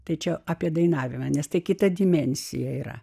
tačiau apie dainavimą nes tai kita dimensija yra